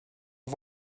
att